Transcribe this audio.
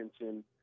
attention